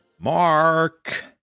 Mark